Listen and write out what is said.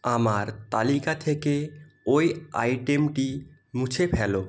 আমার তালিকা থেকে ওই আইটেমটি মুছে ফেলো